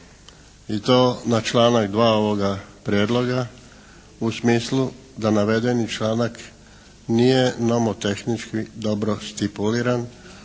i to na članak 2. ovoga prijedloga u smislu da navedeni članak nije nomotehnički dobro stipuliran